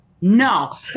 No